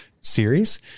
series